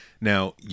Now